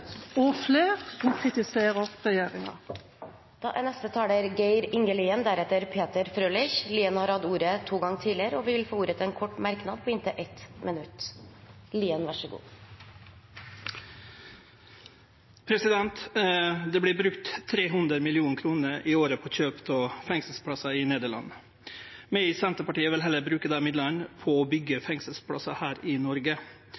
og flere, som altså kritiserer regjeringa. Taletiden er ute. Representanten Geir Inge Lien har hatt ordet to ganger tidligere og får ordet til en kort merknad, begrenset til 1 minutt. Det vert brukt 300 mill. kr i året på kjøp av fengselsplassar i Nederland. Vi i Senterpartiet vil heller bruke dei midlane til å byggje fengselsplassar her i Noreg. Vi har mange eksempel på det, og eg vil nemne eitt: Sunnmøre skil seg ut med å